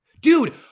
dude